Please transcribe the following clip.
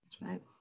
right